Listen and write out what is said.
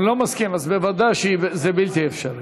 הוא לא מסכים, אז ודאי שזה בלתי אפשרי.